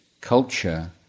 culture